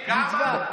מצווה.